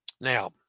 Now